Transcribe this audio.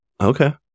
Okay